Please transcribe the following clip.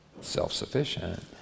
self-sufficient